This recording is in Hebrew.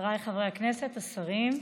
חבריי חברי הכנסת, השרים,